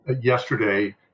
Yesterday